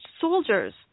soldiers